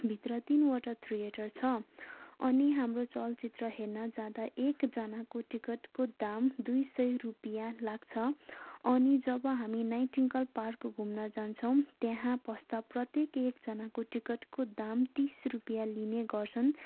भित्र तिनवटा थिएटर छ अनि हाम्रो चलचित्र हेर्न जाँदा एकजनाको टिकटको दाम दुई सय रुपियाँ लाग्छ अनि जब हामी नाइटिङ्गल पार्क घुम्न जान्छौँ त्यहाँ पस्दा प्रत्येक एकजनाको टिकटको दाम तिस रुपियाँ लिने गर्छन्